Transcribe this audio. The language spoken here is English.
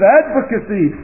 advocacy